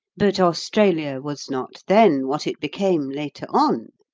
but australia was not then what it became later on.